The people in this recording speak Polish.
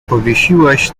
powiesiłeś